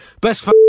Best